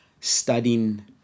studying